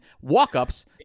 walk-ups